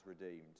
redeemed